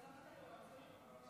חברת הכנסת תמר זנדברג,